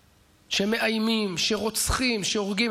שמאיימים, שרוצחים, שהורגים.